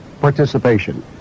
participation